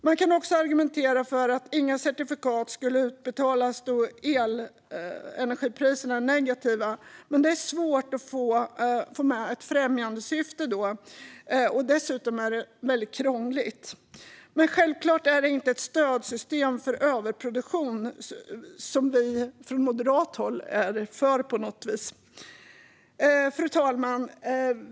Man kan också argumentera för att inga certifikat skulle utbetalas då elenergipriserna är negativa, men detta är svårt att få med i främjandesyftet. Dessutom är det väldigt krångligt. Men självklart är ett stödsystem för överproduktion inget vi från moderat håll på något vis är för. Fru talman!